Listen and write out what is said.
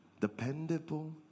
dependable